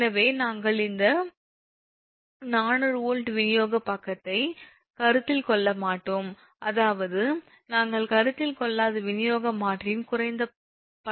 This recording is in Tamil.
எனவே நாங்கள் இந்த 400 வோல்ட் விநியோக பக்கத்தை கருத்தில் கொள்ள மாட்டோம் அதாவது நாங்கள் கருத்தில் கொள்ளாத விநியோக மின்மாற்றியின் குறைந்த பதற்றம் பக்கமாகும்